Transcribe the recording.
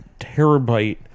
terabyte